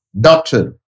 doctor